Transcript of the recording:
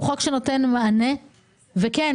הוא חוק שנותן מענה וכן,